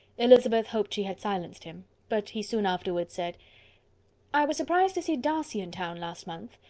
elizabeth hoped she had silenced him but he soon afterwards said i was surprised to see darcy in town last month.